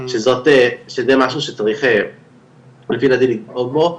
שזה משהו שצריך לפי דעתי לדאוג לו.